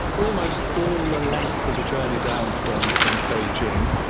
almost all the length of the journey down from from beijing.